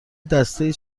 دستهای